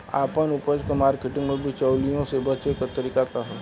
आपन उपज क मार्केटिंग बदे बिचौलियों से बचे क तरीका का ह?